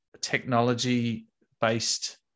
technology-based